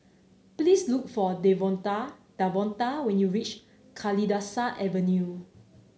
please look for Devonta Davonta when you reach Kalidasa Avenue